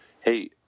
hey